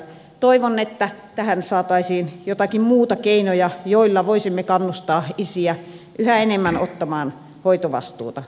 toivon että tähän saataisiin joitakin muita keinoja joilla voisimme kannustaa isiä yhä enemmän ottamaan hoitovastuuta kodeissa